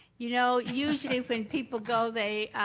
you know, usually when people go, they